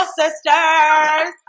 sisters